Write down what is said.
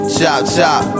Chop-chop